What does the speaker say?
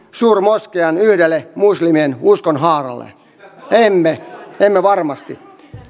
suurmoskeijan yhdelle muslimien uskonhaaralle emme emme varmasti